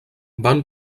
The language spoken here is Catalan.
van